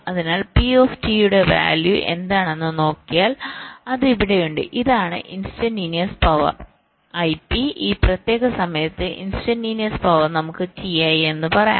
അതിനാൽ P യുടെ value എന്താണെന്ന് നോക്കിയാൽ അത് ഇവിടെയുണ്ട് ഇതാണ് ഇൻസ്റ്റന്റിനിയസ് പവർ IP ഈ പ്രത്യേക സമയത്ത് ഇൻസ്റ്റന്റിനിയസ് പവർ നമുക്ക് ti എന്ന് പറയാം